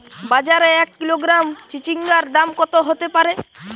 বাজারে এক কিলোগ্রাম চিচিঙ্গার দাম কত হতে পারে?